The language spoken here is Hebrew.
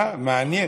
תחמם,